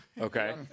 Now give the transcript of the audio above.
Okay